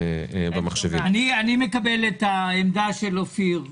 אני מקבל את העמדה של אופיר כץ.